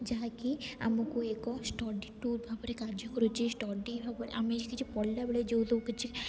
ଯାହାକି ଆମକୁ ଏକ ଷ୍ଟଡ଼ି ଟୁର୍ ଭାବରେ କାର୍ଯ୍ୟ କରୁଛି ଷ୍ଟଡ଼ି ଭାବରେ ଆମେ କିଛି ପଢ଼ିଲା ବେଳେ ଯେଉଁ ସବୁ କିଛି